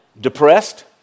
depressed